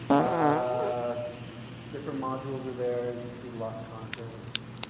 ah different modules are there. you could see the lot content.